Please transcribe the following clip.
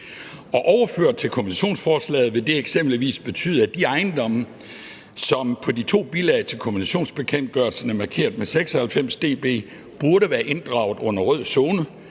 overført til kompensationsforslaget vil det eksempelvis betyde, at de ejendomme, som på de to bilag til kompensationsbekendtgørelsen er markeret med 96 dB, burde være inddraget under rød zone